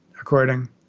according